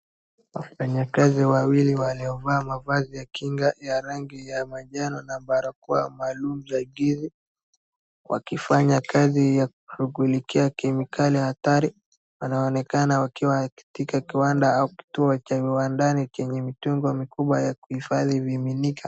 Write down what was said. Wafanyakazi wawili walivaa mavazi ya kinga ya rangi ya manjano na barakoa maalum za gesi wakifanya kazi ya kushughulikia kemikali hatari. Wanaonekana wakiwa katika kiwanda au kituo cha viwandani chenye mitungi mikubwa ya kuhifadhi vimiminika.